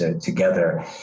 together